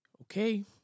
Okay